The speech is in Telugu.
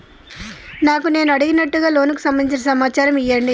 నాకు నేను అడిగినట్టుగా లోనుకు సంబందించిన సమాచారం ఇయ్యండి?